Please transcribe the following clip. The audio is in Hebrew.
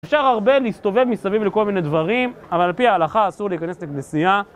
אפשר הרבה להסתובב מסביב לכל מיני דברים, אבל על פי ההלכה אסור להיכנס לכנסייה